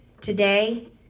Today